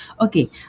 Okay